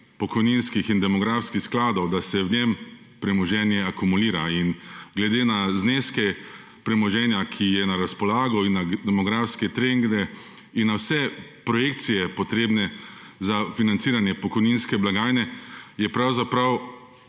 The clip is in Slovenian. pokojninskih in demografskih skladov, da se v njem premoženje akumulira. In glede na zneske premoženja, ki je na razpolago in demografske trende in na vse projekcije potrebne za financiranje pokojninske blagajne je pravzaprav